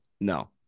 No